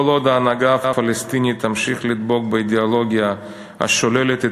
כל עוד ההנהגה הפלסטינית תמשיך לדבוק באידיאולוגיה השוללת את